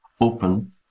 open